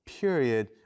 period